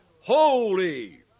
Holy